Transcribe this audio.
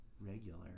regular